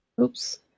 oops